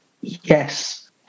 Yes